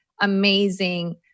amazing